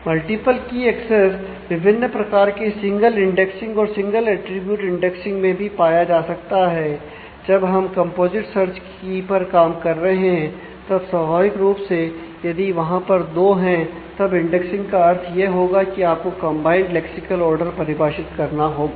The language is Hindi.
मल्टीपल की एक्सेस परिभाषित करना होगा